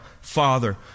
Father